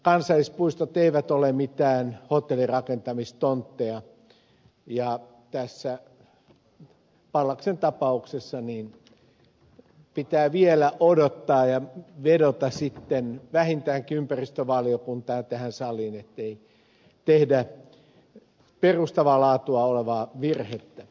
kansallispuistot eivät ole mitään hotellirakentamistontteja ja tässä pallaksen tapauksessa pitää vielä odottaa ja vedota sitten vähintäänkin ympäristövaliokuntaan ja tähän saliin ettei tehdä perustavaa laatua olevaa virhettä